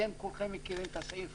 אתם כולכם מכירים את הסעיף